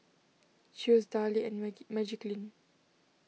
Chew's Darlie and Magiclean